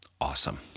awesome